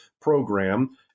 Program